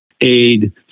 Aid